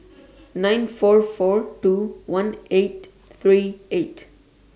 nine four four two one eight three eight